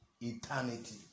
eternity